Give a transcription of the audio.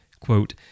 quote